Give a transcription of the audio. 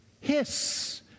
hiss